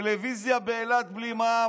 טלוויזיה באילת, בלי מע"מ.